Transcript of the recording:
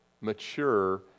mature